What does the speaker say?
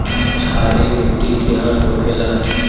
क्षारीय मिट्टी केहन होखेला?